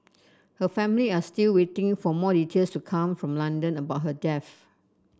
her family are still waiting for more details to come from London about her death